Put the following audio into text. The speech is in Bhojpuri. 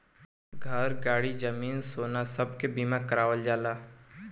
घर, गाड़ी, जमीन, सोना सब के बीमा करावल जाला